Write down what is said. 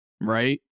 right